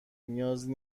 نیازی